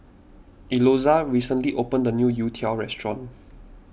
recently opened a new Youtiao restaurant